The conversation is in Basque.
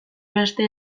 beste